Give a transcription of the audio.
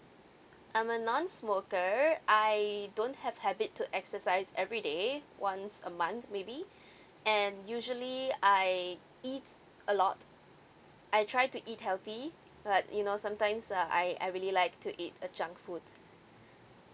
I'm a non-smoker I don't have habit to exercise everyday once a month maybe and usually I eat a lot I try to eat healthy but you know sometimes uh I I really like to eat the junk food